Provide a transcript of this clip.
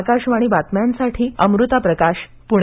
आकाशवाणी बातम्यांसाठी अमृता प्रकाश पुणे